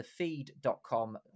thefeed.com